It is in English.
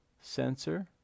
sensor